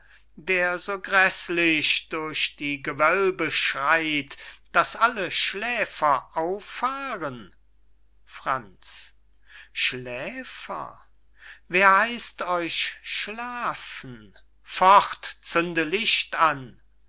der so gräßlich durch die gewölbe schreit daß alle schläfer auffahren franz schläfer wer heißt euch schlafen fort zünde licht an